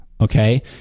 okay